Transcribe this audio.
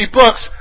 books